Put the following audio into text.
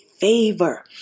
favor